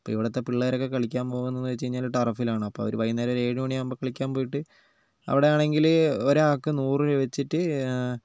അപ്പോൾ ഇവിടത്തെ പിള്ളേരൊക്കെ കളിക്കാൻ പോവുന്നെന്ന് വച്ചു കഴിഞ്ഞാൽ ടർഫിലാണ് അപ്പോൾ അവർ വൈകുന്നേരം ഒരു ഏഴ് മണിയാവുമ്പോൾ കളിക്കാൻ പോയിട്ട് അവിടെയാണെങ്കിൽ ഒരാൾക്ക് നൂറ് രൂപ വച്ചിട്ട്